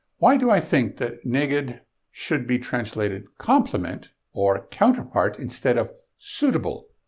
why do i think that neged should should be translated complement or counterpart instead of suitable?